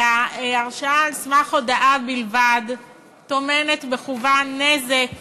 והרשעה על סמך הודאה בלבד טומנת בחובה נזק